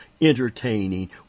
entertaining